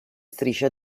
strisce